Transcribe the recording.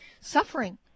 suffering